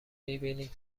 میبینید